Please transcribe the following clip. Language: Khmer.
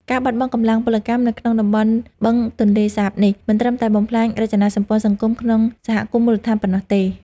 ការបាត់បង់កម្លាំងពលកម្មនៅក្នុងតំបន់បឹងទន្លេសាបនេះ មិនត្រឹមតែបំផ្លាញរចនាសម្ព័ន្ធសង្គមក្នុងសហគមន៍មូលដ្ឋានប៉ុណ្ណោះទេ។